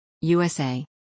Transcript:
USA